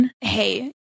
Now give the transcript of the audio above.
hey